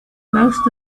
most